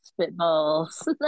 spitballs